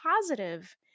positive